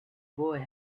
boy